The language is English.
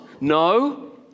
No